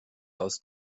aus